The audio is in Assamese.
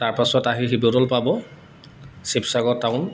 তাৰপাছত আহি শিৱদৌল পাব শিৱসাগৰ টাউন